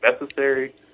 necessary